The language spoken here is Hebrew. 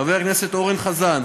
חבר הכנסת אורן חזן,